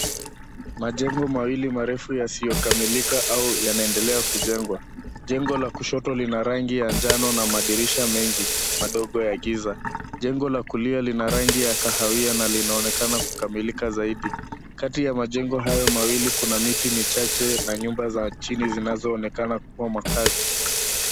Majengo mawili marefu yasiyokamilika au yanaendelea kujengwa. Jengo la kushoto lina rangi ya njano na madirisha mengi madogo ya giza. Jengo la kulia lina rangi ya kahawia na linaonekana kukamilika zaidi. Kati ya majengo hayo mawili kuna miti michache na nyumba za chini zinazoonekana kuwa makazi.